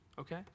okay